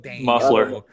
Muffler